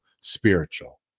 spiritual